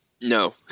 No